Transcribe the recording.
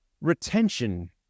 Retention